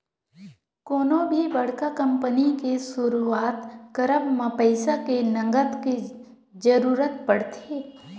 कोनो भी बड़का कंपनी के सुरुवात करब म पइसा के नँगत के जरुरत पड़थे